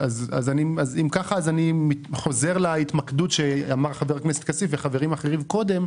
אם ככה אז אני חוזר להתמקדות של חבר הכנסת כסיף וחברים אחרים קודם,